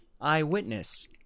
eyewitness